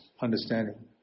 understanding